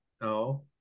no